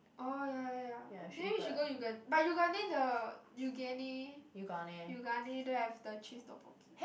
orh ya ya ya then you should go yoogan~ but yoogane the yoogane don't have the cheese tteokbokki